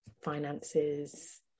finances